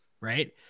Right